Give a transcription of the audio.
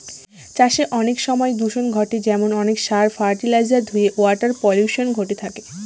চাষে অনেক সময় দূষন ঘটে যেমন অনেক সার, ফার্টিলাইজার ধূয়ে ওয়াটার পলিউশন ঘটে থাকে